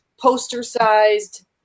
poster-sized